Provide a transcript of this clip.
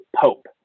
Pope